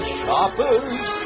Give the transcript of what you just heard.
shoppers